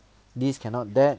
this cannot that